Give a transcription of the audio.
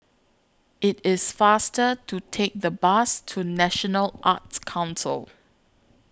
IT IS faster to Take The Bus to National Arts Council